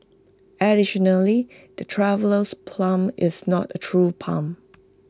additionally the Traveller's palm is not A true palm